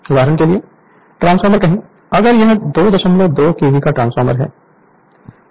उदाहरण के लिए ट्रांसफार्मर कहें अगर यह 22 केवीए का ट्रांसफार्मर है